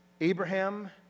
Abraham